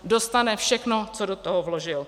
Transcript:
Dostane všechno, co do toho vložil.